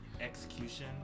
Execution